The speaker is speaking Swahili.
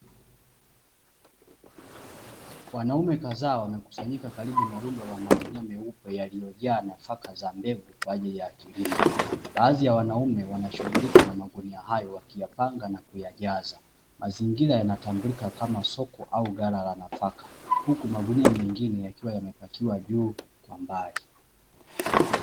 Wanaume kazaa wamekusanyika karibu na rundo la magunia meupe yaliyojaa nafaka za mbegu kwajili ya kilimo badhi ya wanaume wanashuhulika na magunia hayo wakiyapanga na kuyajaza, mazingira yanatambulika kama soko au ghala la nafaka huku magunia mengine yakiwa yanapakiwa juu kwa mbali.